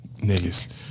Niggas